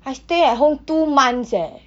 I stay at home two months eh